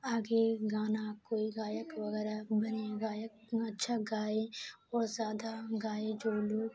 آگے گانا کوئی گائک وغیرہ بنے گائک اتنا اچھا گائے اور زیادہ گائے جو لوگ